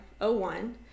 01